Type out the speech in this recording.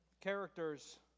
characters